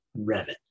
Revit